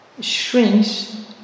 shrinks